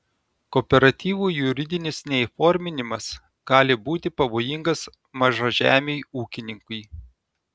kooperatyvų juridinis neįforminimas gali būti pavojingas mažažemiui ūkininkui